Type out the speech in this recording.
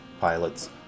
pilots